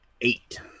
Eight